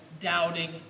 Doubting